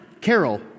Carol